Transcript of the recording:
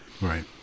right